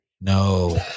No